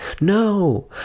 no